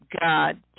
God